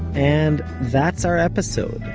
and that's our episode,